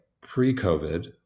pre-COVID